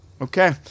Okay